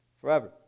forever